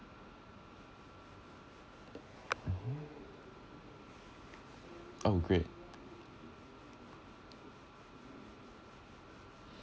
mmhmm oh great